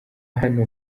hano